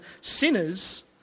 sinners